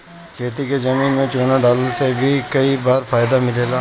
खेती के जमीन में चूना डालला से भी कई बार फायदा मिलेला